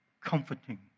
comforting